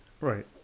Right